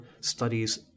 studies